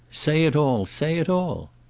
say it all, say it all.